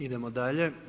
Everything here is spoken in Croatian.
Idemo dalje.